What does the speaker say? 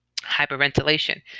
Hyperventilation